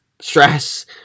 stress